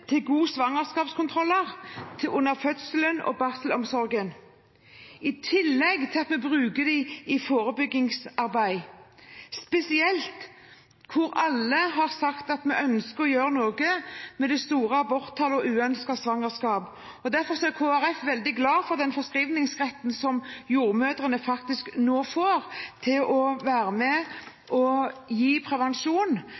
til gode svangerskapskontroller, under fødselen og i barselomsorgen, i tillegg til at vi bruker dem i forebyggende arbeid, spesielt når alle har sagt at vi ønsker å gjøre noe med de store aborttallene og uønskede svangerskapene. Derfor er Kristelig Folkeparti veldig glad for den forskrivningsretten som jordmødrene får for å være med nettopp for å forebygge – og ikke bare gi prevensjon,